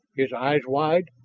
his eyes wide,